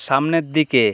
সামনের দিকে